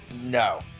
No